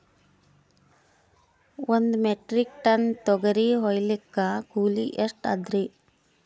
ಒಂದ್ metric ton ತೊಗರಿ ಹೋಯಿಲಿಕ್ಕ ಕೂಲಿ ಎಷ್ಟ ಅದರೀ?